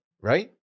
right